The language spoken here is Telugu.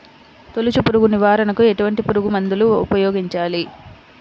తొలుచు పురుగు నివారణకు ఎటువంటి పురుగుమందులు ఉపయోగించాలి?